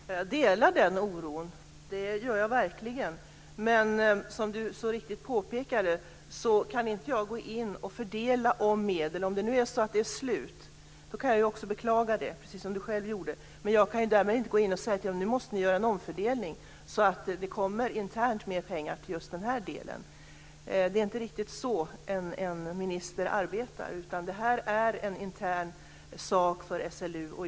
Fru talman! Jag delar den oron. Det gör jag verkligen. Men som Kenneth Johansson så riktigt påpekade kan jag inte gå in och fördela om medel. Om medlen är slut kan jag beklaga det, precis som Kenneth Johansson själv gjorde. Men jag kan inte gå in och säga: Nu måste ni göra en omfördelning så att det intern kommer mer pengar till just den här delen. Det är inte riktigt så en minister arbetar. Det här är en intern sak för SLU.